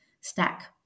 stack